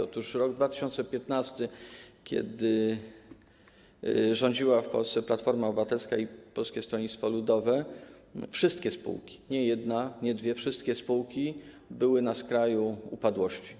Otóż w roku 2015, kiedy rządziły w Polsce Platforma Obywatelska i Polskie Stronnictwo Ludowe, wszystkie spółki, nie jedna, nie dwie, były na skraju upadłości.